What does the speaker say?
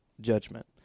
judgment